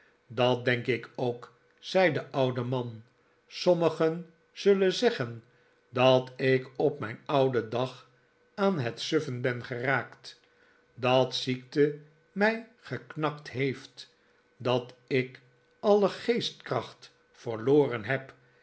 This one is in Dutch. dat denk ik ook zei de oude man sommigen zullen zeggen dat ik op mijn ouden dag aan het suffen ben geraakt dat ziekte mij geknakt heeft dat ik alle geestkracht verloren heb